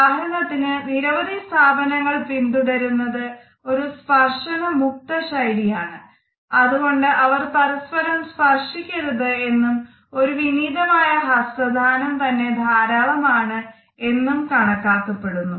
ഉദാഹരണത്തിനു നിരവധി സ്ഥാപനങ്ങൾ പിന്തുടരുന്നത് ഒരു സ്പർശനമുക്ത ശൈലി ആണ് അതുകൊണ്ട് അവർ പരസ്പരം സ്പർശിക്കരുത് എന്നും ഒരു വിനീതമായ ഹസ്തദാനം തന്നെ ധാരാളമാണ് എന്നും കണക്കാക്കപ്പെടുന്നു